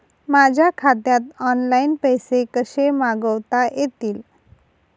माझ्या खात्यात ऑनलाइन पैसे कसे मागवता येतील?